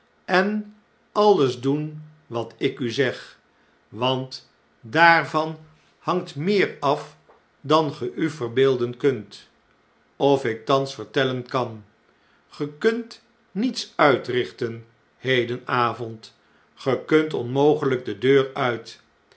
en alles doen watiku zeg want daarvan hangt meer af dan ge u verbeelden kunt of ik thans vertellen kan ge kunt niets uitrichten hedenavond ge kunt onmogeljjk de deur uit